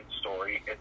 story